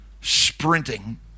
sprinting